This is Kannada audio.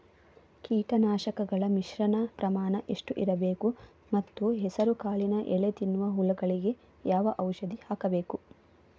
ಕೀಟನಾಶಕಗಳ ಮಿಶ್ರಣ ಪ್ರಮಾಣ ಎಷ್ಟು ಇರಬೇಕು ಮತ್ತು ಹೆಸರುಕಾಳಿನ ಎಲೆ ತಿನ್ನುವ ಹುಳಗಳಿಗೆ ಯಾವ ಔಷಧಿ ಹಾಕಬೇಕು?